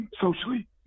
socially